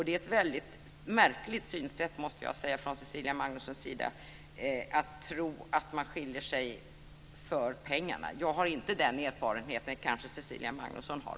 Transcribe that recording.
Det är ett väldigt märkligt synsätt, måste jag säga, från Cecilia Magnussons sida att tro att man skiljer sig för pengarna. Jag har inte den erfarenheten. Det kanske Cecilia Magnusson har.